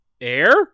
air